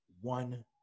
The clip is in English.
one